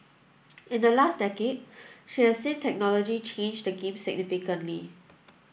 in the last decade she has seen technology change the game significantly